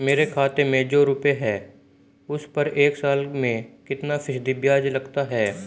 मेरे खाते में जो रुपये हैं उस पर एक साल में कितना फ़ीसदी ब्याज लगता है?